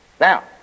now